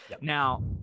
now